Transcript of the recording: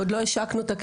עוד לא השקנו אותה,